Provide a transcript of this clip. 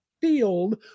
field